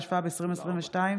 התשפ"ב 2022,